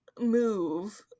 move